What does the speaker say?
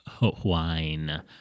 wine